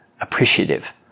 appreciative